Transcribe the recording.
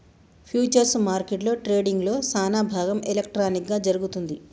futures మార్కెట్లో ట్రేడింగ్లో సానాభాగం ఎలక్ట్రానిక్ గా జరుగుతుంది